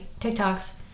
TikToks